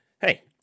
hey